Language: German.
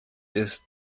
ist